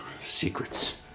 Secrets